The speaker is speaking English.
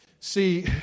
See